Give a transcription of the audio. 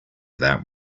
that